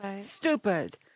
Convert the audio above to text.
stupid